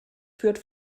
führt